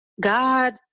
God